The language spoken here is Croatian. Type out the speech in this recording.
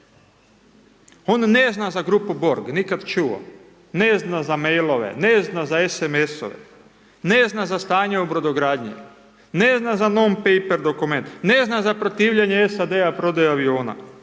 On ne zna za grupu Borg, nikad čuo, ne zna za e-mail-ove, ne zna za SMS-ove, ne zna za stanje u brodogradnji, ne zna za non paper dokument, ne zna za protivljenje SAD-a prodaji aviona,